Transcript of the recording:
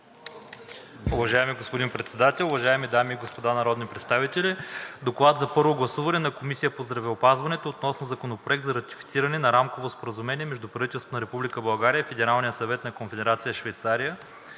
Уважаеми господин Председател, уважаеми дами и господа народни представители! „ДОКЛАД за първо гласуване на Комисията по здравеопазването относно Законопроект за ратифициране на Рамковото споразумение между правителството на Република България и Федералния съвет на Конфедерация Швейцария